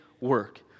work